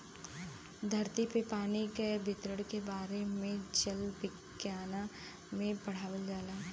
धरती पे पानी के वितरण के बारे में जल विज्ञना में पढ़ावल जाला